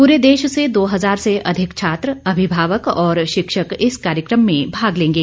पूरे देश से दो हजार से अधिक छात्र अभिभावक और शिक्षक इस कार्यक्रम में भाग लेंगे